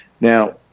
Now